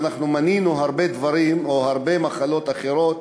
ואנחנו מנינו הרבה דברים או הרבה מחלות אחרות: